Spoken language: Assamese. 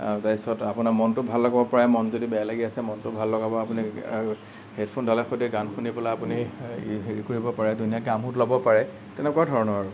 আৰু তাৰ পিছত আপোনাৰ মনটো ভাল লগাব পাৰে মনটো যদি বেয়া লাগি আছে মনটো ভাল লগাব আপুনি হেডফোনডালে সৈতে গান শুনিবলৈ আপুনি হেৰি কৰিব পাৰে ধুনীয়াকে আমোদ ল'ব পাৰে তেনেকুৱা ধৰণৰ আৰু